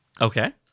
Okay